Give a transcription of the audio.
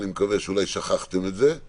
אני מקווה שאולי שכחתם אבל